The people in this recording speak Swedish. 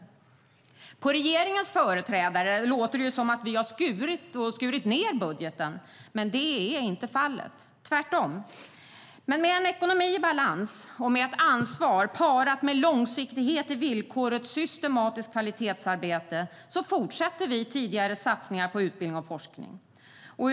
Det låter på regeringens företrädare som att vi skulle ha skurit ned budgeten, men det är inte fallet. Tvärtom - med en ekonomi i balans och med ett ansvar parat med långsiktighet i villkoren och ett systematiskt kvalitetsarbete fortsätter vi tidigare satsningar på utbildning och forskning.